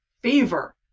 fever